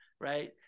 right